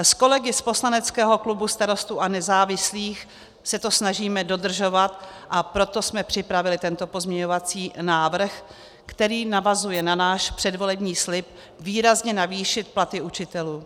S kolegy z poslaneckého klubu Starostů a nezávislých se to snažíme dodržovat, a proto jsme připravili tento pozměňovací návrh, který navazuje na náš předvolební slib výrazně navýšit platy učitelů.